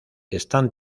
están